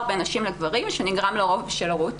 בין נשים לגברים שנגרם לרוב בשל הורות.